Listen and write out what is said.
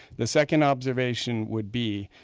the second observation would be,